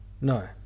no